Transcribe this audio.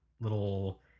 little